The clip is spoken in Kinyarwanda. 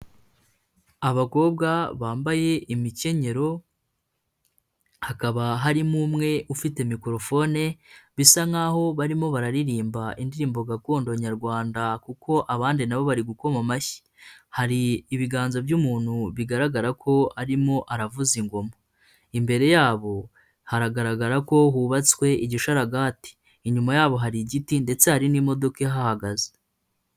Abakobwa bambaye imikenyero, hakaba harimo umwe ufite mikrofone bisa nkaho barimo bararirimba indirimbo gakondo nyarwanda kuko abandi na bo bari gukoma amashyi, hari ibiganza by'umuntu bigaragara ko arimo aravuza ingoma, imbere yabo haragaragara ko hubatswe igishararaga, inyuma yabo hari igiti ndetse hari n'imodoka ihahagaze.